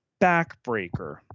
Backbreaker